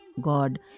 God